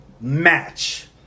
match